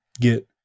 get